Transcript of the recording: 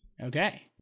Okay